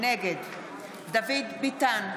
נגד דוד ביטן,